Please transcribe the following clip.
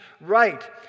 right